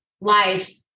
life